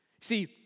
See